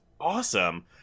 awesome